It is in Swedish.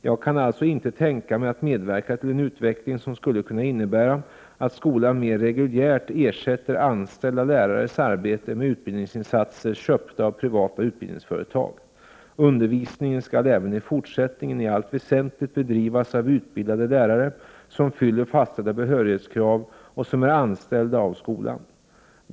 Jag kan alltså inte tänka mig att medverka till en utveckling som skulle kunna innebära att skolan mer reguljärt ersätter anställda lärares arbete med utbildningsinsatser köpta av privata utbildningsföretag. Undervisningen skall även i fortsättningen i allt väsentligt bedrivas av utbildade lärare som fyller fastställda behörighetskrav och som är anställda av skolan.